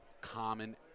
common